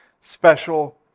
special